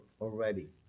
already